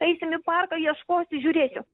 eisim į parką ieškoti žiūrėti